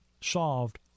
solved